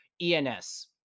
ENS